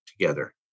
together